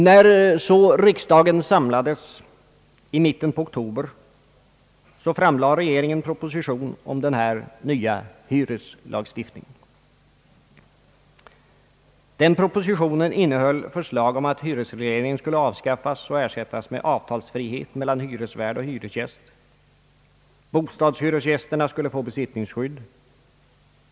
När riksdagen samlades i mitten av oktober, framlade regeringen proposition om denna nya hyreslag. Den propositionen innehöll förslag om att hyresregleringen skulle avskaffas och ersättas med avtalsfrihet mellan hyresvärd och hyresgäst. Bostadshyresgästerna skulle få besittningsskydd.